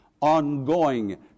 ongoing